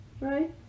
right